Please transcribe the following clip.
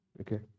okay